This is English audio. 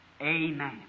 Amen